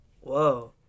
whoa